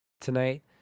tonight